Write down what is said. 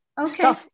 Okay